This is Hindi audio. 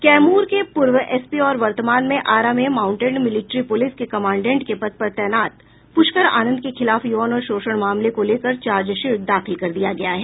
कैमूर के पूर्व एसपी और वर्तमान में आरा में माउंटेड मिलिट्री पुलिस के कमानडेंट के पद पर तैनात प्रष्कर आनंद के खिलाफ यौन शोषण मामले को लेकर चार्जशीट दाखिल कर दिया गया है